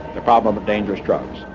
the problem of dangerous drugs.